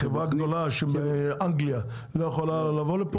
חברה גדולה מאנגליה לא יכולה לבוא לפה?